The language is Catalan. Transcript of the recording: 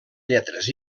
lletres